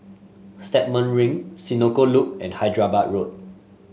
Stagmont Ring Senoko Loop and Hyderabad Road